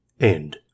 end